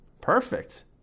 Perfect